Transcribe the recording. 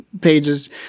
pages